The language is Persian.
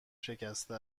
شکسته